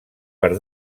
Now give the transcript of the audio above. per